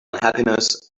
unhappiness